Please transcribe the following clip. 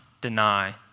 deny